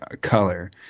color